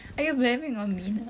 are you blaming on me